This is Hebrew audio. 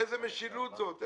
איזו משילות זאת?